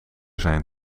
zijn